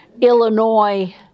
Illinois